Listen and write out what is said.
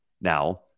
Now